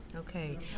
Okay